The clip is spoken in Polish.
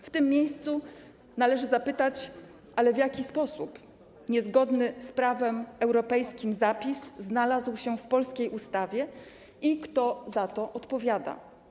W tym miejscu należy zapytać: Ale w jaki sposób niezgodny z prawem europejskim zapis znalazł się w polskiej ustawie i kto za to odpowiada?